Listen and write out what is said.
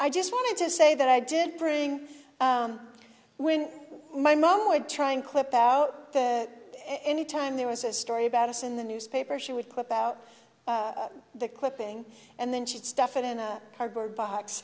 i just wanted to say that i did bring when my mother would try and clip out that anytime there was a story about us in the newspaper she would put out the clipping and then she'd stuff it in a cardboard box